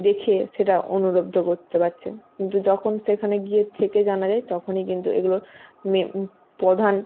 দেখে সেটা অনুলব্ধ করতে পারছে কিন্তু যখন সেখানে গিয়ে থেকে জানা যায় তখনই কিন্তু এগুলো মে প্রধান